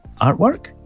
artwork